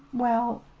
well,